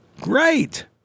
Great